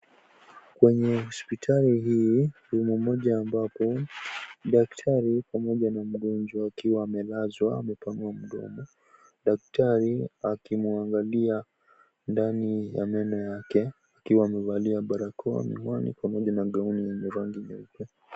Kwenye hospitali hii room moja ambapo daktari pamoja na mgonjwa akiwa amelazwa amepanua mdomo daktari akimwangalia ndani ya meno yake akiwa amevalia barakoa miwani pamoja na gaoni yenye rangi nyeupe.